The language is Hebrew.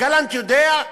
גלנט יודע?